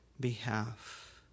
behalf